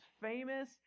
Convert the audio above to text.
famous